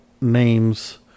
names